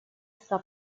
sta